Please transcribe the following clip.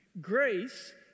grace